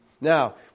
Now